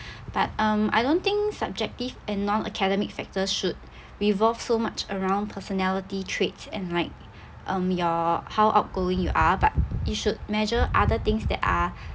but um I don't think subjective and non-academic factors should revolve so much around personality traits and like um your how outgoing you are but it should measure other things that are